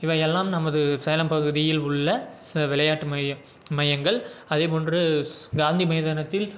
இவையெல்லாம் நமது சேலம் பகுதியில் உள்ள விளையாட்டு மையம் மையங்கள் அதேபோன்று காந்தி மைதானத்தில்